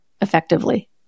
effectively